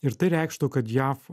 ir tai reikštų kad jav